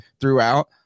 throughout